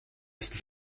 ist